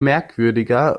merkwürdiger